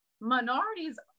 minorities